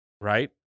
right